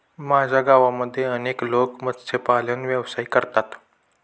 माझ्या गावामध्ये अनेक लोक मत्स्यपालन व्यवसाय करतात